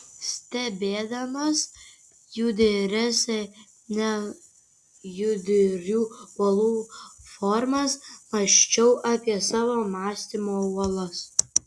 stebėdamas judrias nejudrių uolų formas mąsčiau apie savo mąstymo uolas